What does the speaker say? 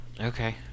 Okay